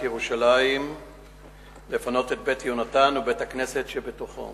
ירושלים לפנות את "בית יהונתן" ובית-הכנסת שבתוכו